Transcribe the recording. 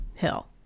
Hill